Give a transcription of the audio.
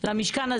ולנימוסים טובים,